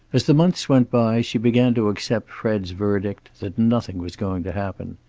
as the months went by she began to accept fred's verdict that nothing was going to happen.